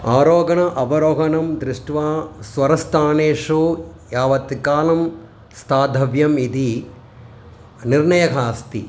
आरोहणम् अवरोहणं दृष्ट्वा स्वरस्थानेषु यावत् कालं स्थातव्यम् इति निर्णयः अस्ति